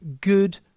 good